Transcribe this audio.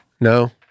No